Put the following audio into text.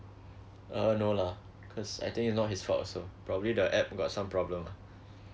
uh no lah because I think is not his fault also probably the app got some problem ah